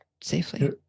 safely